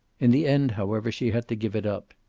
in the end, however, she had to give it up.